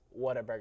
Whataburger